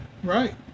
Right